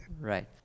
Right